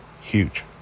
Huge